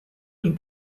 and